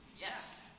yes